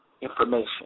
information